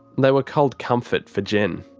they were cold comfort for jen.